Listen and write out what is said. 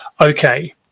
Okay